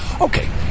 Okay